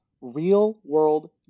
real-world